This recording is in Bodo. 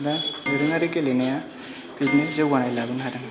दा दोरोङारि गेलेनाया बिदिनो जौगानाय लाबोनो हादों